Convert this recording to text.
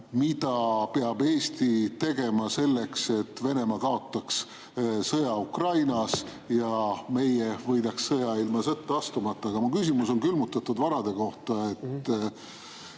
mida peab Eesti tegema selleks, et Venemaa kaotaks sõja Ukrainas ja meie võidaksime sõja ilma sõtta astumata. Aga mu küsimus on külmutatud varade kohta.